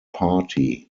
party